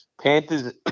Panthers